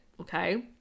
okay